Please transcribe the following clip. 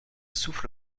souffle